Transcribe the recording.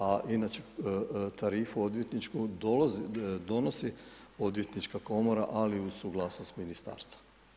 A inače tarifu odvjetničku donosi odvjetnička komora ali uz suglasnost ministarstva.